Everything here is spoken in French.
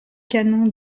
canons